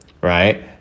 right